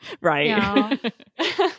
right